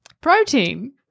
protein